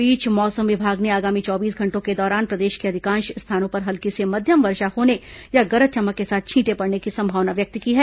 इस बीच मौसम विभाग ने आगामी चौबीस घंटों के दौरान प्रदेश के अधिकांश स्थानों पर हल्की से मध्यम वर्षा होने या गरज चमक के साथ छींटे पड़ने की संभावना व्यक्त की है